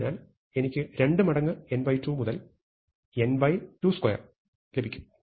അതിനാൽ എനിക്ക് 2 മടങ്ങ് n2 മുതൽ n22 ലഭിക്കും